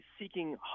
seeking